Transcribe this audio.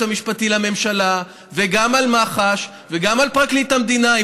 המשפטי לממשלה וגם על מח"ש וגם על פרקליט המדינה.